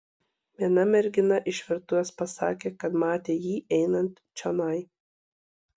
viena mergina iš virtuvės pasakė kad matė jį einant čionai